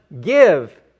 give